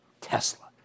Tesla